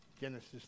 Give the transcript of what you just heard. Genesis